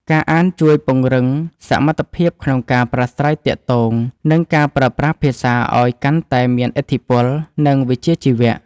ការអានជួយពង្រឹងសមត្ថភាពក្នុងការប្រាស្រ័យទាក់ទង និងការប្រើប្រាស់ភាសាឱ្យកាន់តែមានឥទ្ធិពល និងវិជ្ជាជីវៈ។